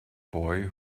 boy